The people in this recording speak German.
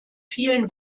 vielen